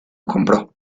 compró